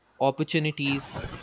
opportunities